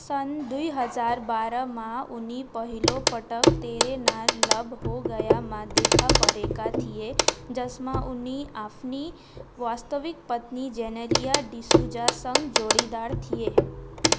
सन् दुई हजारमा बाह्रमा उनी पहिलोपटक तेरे नाल लभ हो गयामा देखापरेका थिए जसमा उनी आफ्नी वास्तविक पत्नी जेनेलिया डिसुजासँग जोडीदार थिए